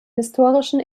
historischen